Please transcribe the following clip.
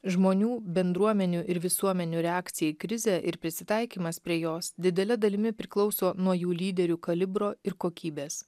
žmonių bendruomenių ir visuomenių reakcija į krizę ir prisitaikymas prie jos didele dalimi priklauso nuo jų lyderių kalibro ir kokybės